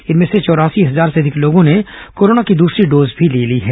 इनमें से चौरासी हजार से अधिक लोगों ने कोरोना की दूसरी डोज ले ली है